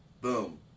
boom